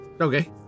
Okay